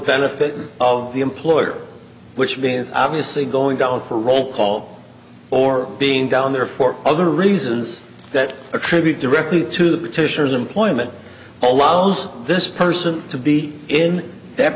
benefit of the employer which means obviously going down for roll call or being down there for other reasons that attribute directly to the tissues employment allows this person to be in that